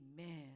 Amen